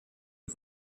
est